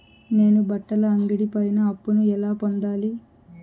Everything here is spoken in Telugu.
నేను బట్టల అంగడి పైన అప్పును ఎలా పొందాలి?